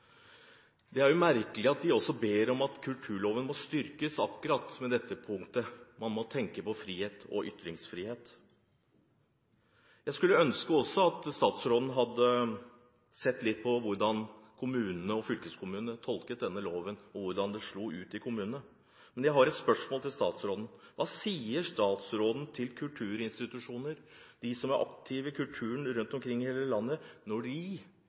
Det er jo merkelig at de også ber om at kulturloven må styrkes akkurat på dette punktet, at man må tenke på frihet og ytringsfrihet. Jeg skulle ønske at statsråden hadde sett litt på hvordan kommunene og fylkeskommunene tolket denne loven, og hvordan den slår ut i kommunene. Jeg har et spørsmål til statsråden: Hva sier statsråden til kulturinstitusjoner og de som er aktive i kulturen rundt omkring i hele landet, når